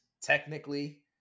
Technically